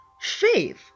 faith